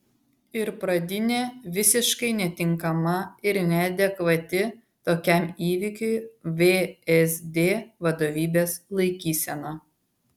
ir pradinė visiškai netinkama ir neadekvati tokiam įvykiui vsd vadovybės laikysena